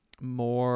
more